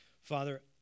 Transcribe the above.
Father